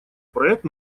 проект